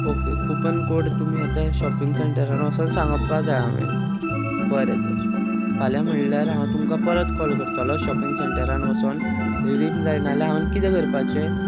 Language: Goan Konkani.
ओके कुपन कोड तुमी आतां शॉपिंग सेंटरान वचोन सांगपा जाय हांवेन बरें तर फाल्यां म्हळ्यार हांव तुमकां परत कॉल करतलो शॉपिंग सेंटरान वचोन रिडीम जायना जाल्यार हांव कितें करपाचें